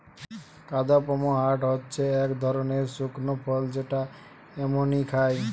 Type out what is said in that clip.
কাদপমহাট হচ্ছে এক ধরনের শুকনো ফল যেটা এমনই খায়